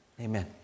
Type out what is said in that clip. amen